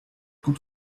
good